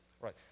Right